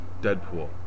Deadpool